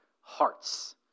hearts